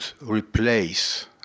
replace